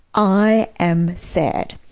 i am sad.